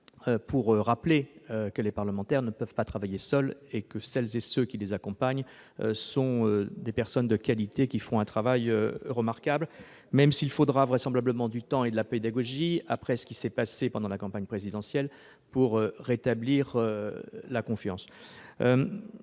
concitoyens : les parlementaires ne peuvent pas travailler seuls ; celles et ceux qui les accompagnent sont des personnes de qualité qui réalisent un travail remarquable. Il faudra vraisemblablement du temps et de la pédagogie, après ce qui s'est passé pendant la campagne présidentielle, pour rétablir la confiance.